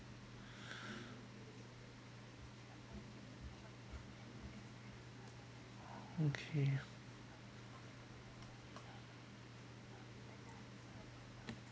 okay